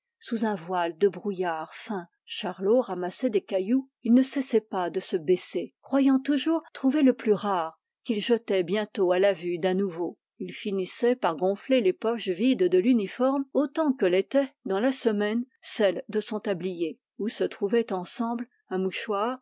sous un voile de brouillard fin charlot ramassait des cailloux il ne cessait pas de se baisser croyant toujours trouver le plus rare qu'il jetait bientôt à la vue d'un nouveau il finissait par gonfler les poches vides de l'uniforme autant que l'étaient dans la semaine celles de son tablier où se trouvaient ensemble un mouchoir